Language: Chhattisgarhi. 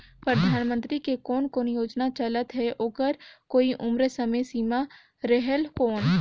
परधानमंतरी के कोन कोन योजना चलत हे ओकर कोई उम्र समय सीमा रेहेल कौन?